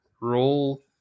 Roll